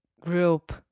group